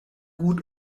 gut